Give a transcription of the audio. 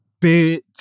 bit